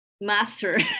master